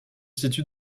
situe